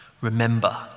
Remember